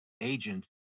agent